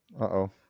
Uh-oh